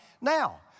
now